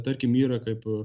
tarkim yra kaip